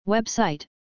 Website